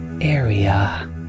area